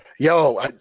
Yo